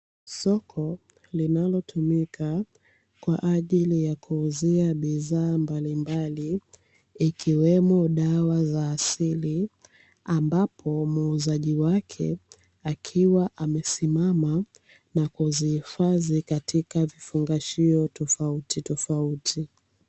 Soko linalotumika kwa ajili ya kuuzia bidhaa mbalimbali, ikiwemo dawa za asili, ambapo muuzaji wake akiwa amesimama na kuzihifadhi katika vifungashio tofautitofauti.